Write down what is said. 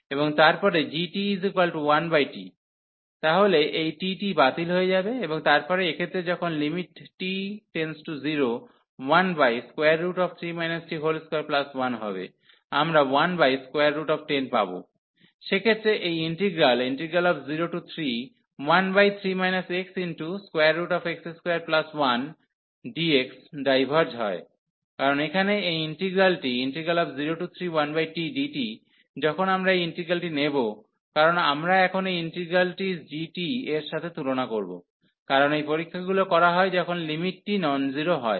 এবং তারপরে g1t তাহলে এই t টি বাতিল হয়ে যাবে এবং তারপরে এক্ষেত্রে যখন t→013 t21 হবে আমরা 110 পাব সেক্ষেত্রে এই ইন্টিগ্রাল 03dx3 xx21 ডাইভার্জ হয় কারণ এখানে এই ইন্টিগ্রালটি 031tdt যখন আমরা এই ইন্টিগ্রালটি নেব কারণ আমরা এখন এই ইন্টিগ্রালটি g এর সাথে তুলনা করব কারণ এই পরীক্ষাগুলি করা হয় যখন লিমিটটি নন জিরো হয়